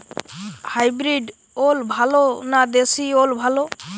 Hybrid ওল ভালো না দেশী ওল ভাল?